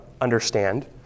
understand